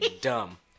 Dumb